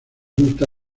gusta